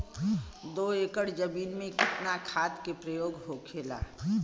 दो एकड़ जमीन में कितना खाद के प्रयोग होखेला?